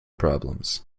problems